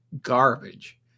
garbage